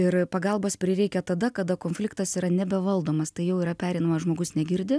ir pagalbos prireikia tada kada konfliktas yra nebevaldomas tai jau yra pereinamas žmogus negirdi